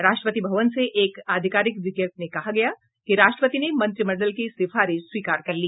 राष्ट्रपति भवन से एक आधिकारिक विज्ञप्ति में कहा गया कि राष्ट्रपति ने मंत्रिमंडल की सिफारिश स्वीकार कर ली